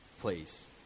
Please